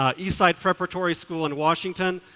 um east side preparatory school in washington,